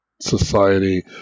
society